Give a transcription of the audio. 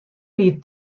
wie